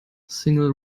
single